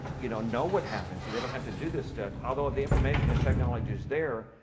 you know know what happened. so they don't have to do this stuff. although the information and technology is there,